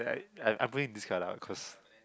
I I putting this card out cause